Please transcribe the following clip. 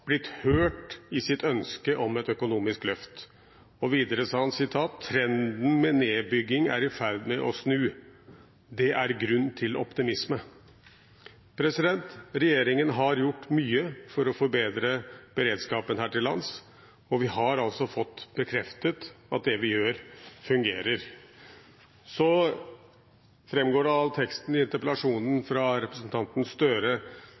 blitt hørt i sitt ønske om et økonomisk løft. Videre sa han at «trenden med nedbygging er i ferd med å snu, det gir optimisme». Regjeringen har gjort mye for å forbedre beredskapen her til lands, og vi har fått bekreftet at det vi gjør, fungerer. Det framgår av teksten i interpellasjonen fra representanten Gahr Støre